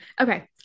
okay